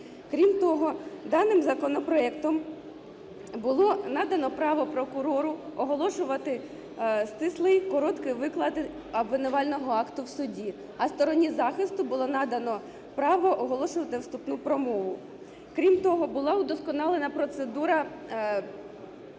Крім того, даним законопроектом було надано право прокурору оголошувати стислий, короткий виклад обвинувального акту в суді, а стороні захисту було надано право оголошувати вступну промову. Крім того, була удосконалена процедура накладення